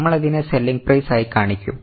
നമ്മൾ അതിനെ selling price ആയി കാണിക്കും